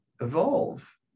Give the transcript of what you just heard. evolve